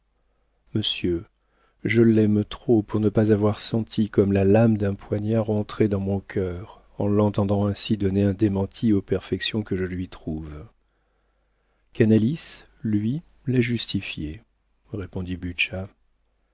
monsieur je l'aime trop pour ne pas avoir senti comme la lame d'un poignard entrer dans mon cœur en l'entendant ainsi donner un démenti aux perfections que je lui trouve canalis lui l'a justifiée répondit